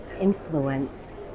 influence